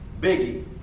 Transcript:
biggie